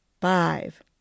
five